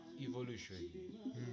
evolution